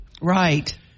Right